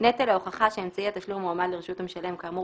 נטל ההוכחה שאמצעי התשלום הועמד לרשות המשלם כאמור